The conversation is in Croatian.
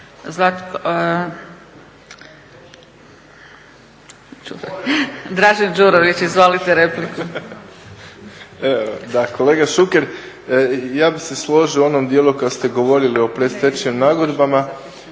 Dražen Đurović, izvolite repliku. **Đurović, Dražen (HDSSB)** Kolega Šuker, ja bih se složio u onom dijelu kad ste govorili o predstečajnim nagodbama